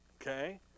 Okay